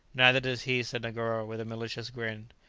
neither does he, said negoro, with a malicious grin.